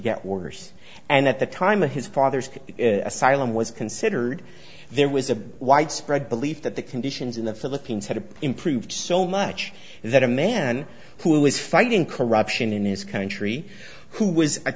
get worse and at the time of his father's asylum was considered there was a widespread belief that the conditions in the philippines had improved so much that a man who is fighting corruption in his country who was a